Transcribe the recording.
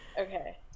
Okay